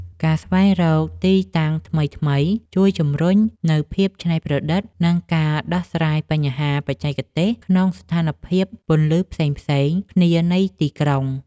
ការស្វែងរកទីតាំងថ្មីៗជួយជម្រុញនូវភាពច្នៃប្រឌិត និងការដោះស្រាយបញ្ហាបច្ចេកទេសក្នុងស្ថានភាពពន្លឺផ្សេងៗគ្នានៃទីក្រុង។